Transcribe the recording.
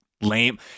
lame